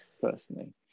personally